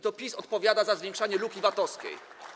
To PiS odpowiada za zwiększanie luki VAT-owskiej.